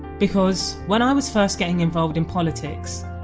because when i was first getting involved in politics,